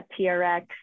TRX